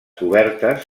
cobertes